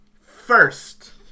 First